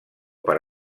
per